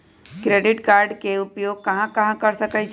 Credit card के उपयोग कहां कहां कर सकईछी?